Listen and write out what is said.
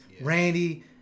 Randy